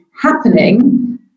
happening